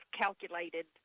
calculated